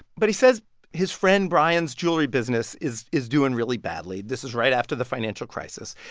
but he says his friend bryan's jewelry business is is doing really badly. this is right after the financial crisis.